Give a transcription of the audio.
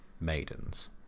maidens